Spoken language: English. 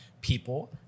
people